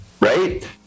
right